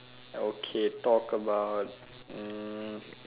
okay talk about um